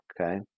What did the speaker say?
Okay